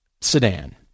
sedan